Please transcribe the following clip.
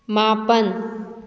ꯃꯥꯄꯜ